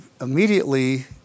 immediately